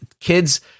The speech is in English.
kids